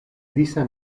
disa